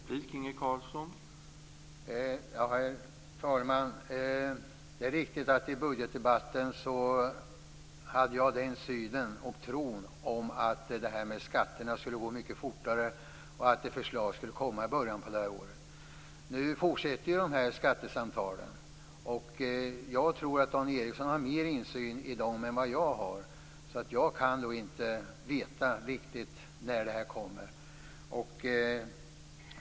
Herr talman! Det är riktigt att jag i budgetdebatten hade den synen och tron att det här med skatterna skulle gå mycket fortare och att ett förslag skulle komma i början på året. Nu fortsätter skattesamtalen. Jag tror att Dan Ericsson har mer insyn i dem än vad jag har. Jag kan nog inte veta riktigt när det kommer.